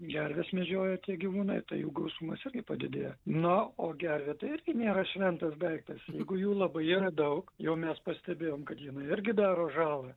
gerves medžioja tie gyvūnai tai jų gausumas irgi padidėja na o gervė tai irgi nėra šventas daiktas jeigu jų labai yra daug jau mes pastebėjom kad jinai irgi daro žalą